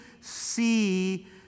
see